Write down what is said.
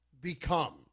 become